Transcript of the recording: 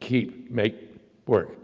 keep make work.